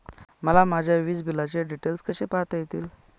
मला माझ्या वीजबिलाचे डिटेल्स कसे पाहता येतील?